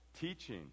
Teaching